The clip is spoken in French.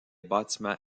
bâtiments